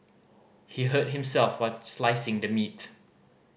he hurt himself while slicing the meat